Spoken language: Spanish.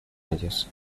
ellos